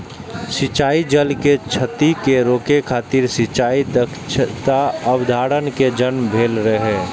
सिंचाइ जल के क्षति कें रोकै खातिर सिंचाइ दक्षताक अवधारणा के जन्म भेल रहै